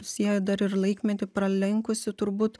sieja dar ir laikmetį pralenkusi turbūt